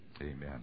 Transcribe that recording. Amen